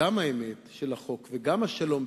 גם האמת של החוק וגם השלום,